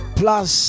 plus